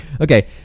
Okay